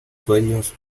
sueños